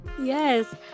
yes